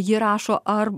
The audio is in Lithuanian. ji rašo ar